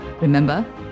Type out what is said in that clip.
Remember